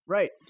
Right